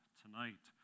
tonight